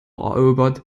erobert